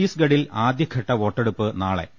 ഛത്തീസ്ഗഢിൽ ആദ്യ ഘട്ട വോട്ടെടുപ്പ് നാളെ